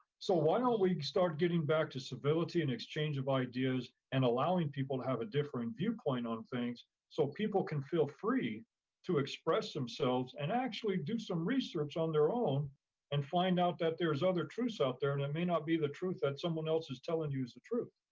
so why don't we start getting back to civility and exchange of ideas and allowing people to have a different viewpoint on things so people can feel free to express themselves and actually do some research on their own and find out that there's other truths out there and it may not be the truth that someone else is telling you is the truth.